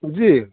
जी